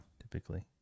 typically